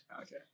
okay